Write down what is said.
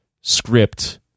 script